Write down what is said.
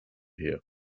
here